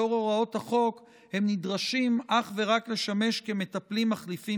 לאור הוראות החוק הם נדרשים לשמש אך ורק מטפלים מחליפים